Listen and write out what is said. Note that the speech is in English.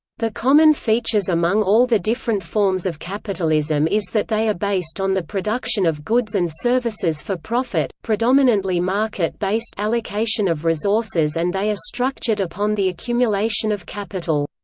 the common features among all the different forms of capitalism is that they are based on the production of goods and services for profit, predominantly market-based allocation of resources and they are structured upon the accumulation of capital.